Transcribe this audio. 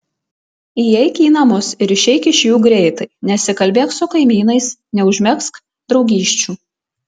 įeik į namus ir išeik iš jų greitai nesikalbėk su kaimynais neužmegzk draugysčių